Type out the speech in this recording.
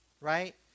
right